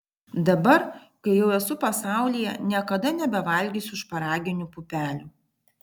dabar kai jau esu pasaulyje niekada nebevalgysiu šparaginių pupelių